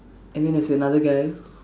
and then there's another guy